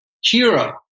hero